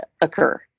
occur